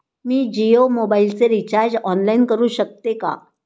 मी जियो मोबाइलचे recharge online करू शकते का?